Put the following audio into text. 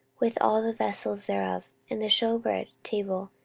with all the vessels thereof, and the shewbread table,